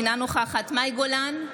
מאי גולן,